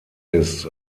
ist